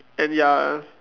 and ya